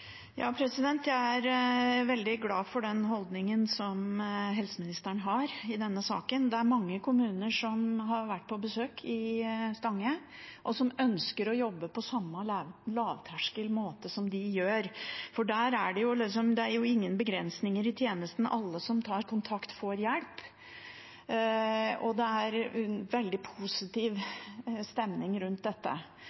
Jeg er veldig glad for den holdningen som helseministeren har i denne saken. Det er mange kommuner som har vært på besøk i Stange, og som ønsker å jobbe på samme lavterskelmåte som de gjør. Der er det ingen begrensninger i tjenesten – alle som tar kontakt, får hjelp. Det er en veldig positiv